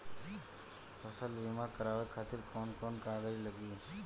फसल बीमा करावे खातिर कवन कवन कागज लगी?